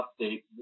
update